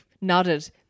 nodded